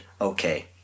okay